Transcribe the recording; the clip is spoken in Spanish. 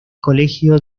colegio